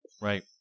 right